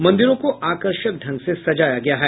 मंदिरों को आकर्षक ढंग से सजाया गया है